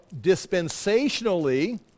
dispensationally